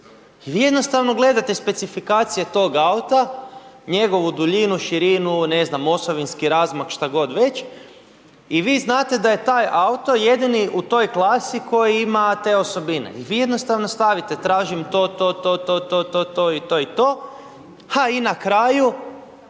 I vi jednostavno gledate specifikacije tog auta, njegovu duljinu, širinu, ne znam, osovinski razmak, šta god već i vi znate da je taj auto jedini u toj klasi koji ima te osobine i vi jednostavno stavite tražim to, to, to, to, to i to, a i na kraju